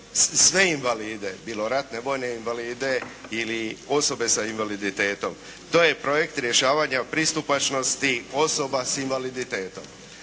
sve invalide, bilo ratne, vojne invalide ili osobe sa invaliditetom. To je projekt rješavanja pristupačnosti osoba sa invaliditetom.